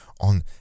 on